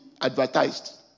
advertised